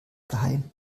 geheim